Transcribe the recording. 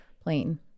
plane